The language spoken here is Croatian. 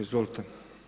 Izvolite.